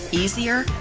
easier,